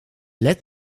led